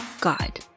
God